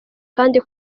kandi